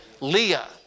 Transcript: leah